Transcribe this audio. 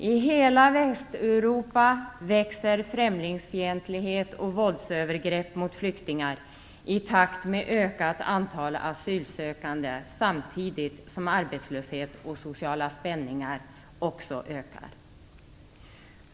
I hela Västeuropa växer främlingsfientlighet och våldsövergrepp mot flyktingar i takt med ökat antal asylsökande samtidigt som arbetslöshet och sociala spänningar också ökar.